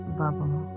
bubble